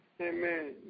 Amen